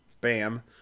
bam